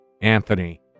Anthony